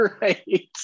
Right